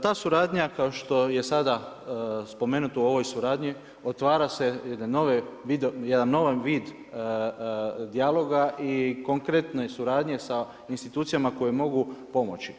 Ta suradnja kao što je sada spomenuto u ovoj suradnji otvara se jedan novi vid dijaloga i konkretne suradnje sa institucijama koje mogu pomoći.